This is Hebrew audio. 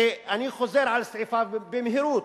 שאני חוזר על סעיפיו במהירות: